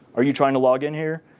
are you trying to log in here?